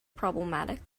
problematic